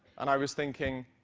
and i was thinking,